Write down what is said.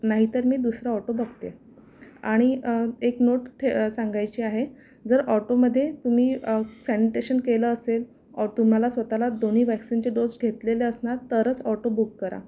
नाहीतर मी दुसरा ऑटो बघते आणि एक नोट ठे सांगायची आहे जर ऑटोमध्ये तुम्ही सॅनिटेशन केलं असेल तुम्हाला स्वत ला दोन्ही वॅक्सिनचे डोस घेतलेले असणार तरच ऑटो बुक करा